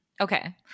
okay